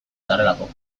zarelako